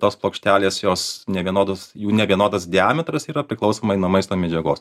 tos plokštelės jos nevienodos jų nevienodas diametras yra priklausomai nuo maisto medžiagos